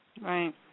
Right